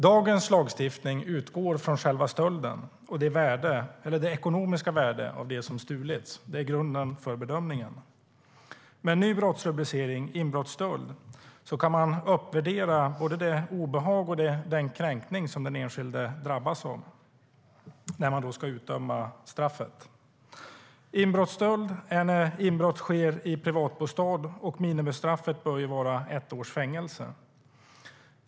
Dagens lagstiftning utgår från själva stölden och det ekonomiska värdet av det som stulits. Det är grunden för bedömningen. Med en ny brottsrubricering, inbrottsstöld, kan man vid utdömande av straff uppvärdera det obehag och den kränkning som den enskilde drabbats av. Inbrottsstöld innebär att inbrott sker i privatbostad. Minimistraffet bör vara ett års fängelse.